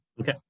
Okay